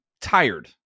tired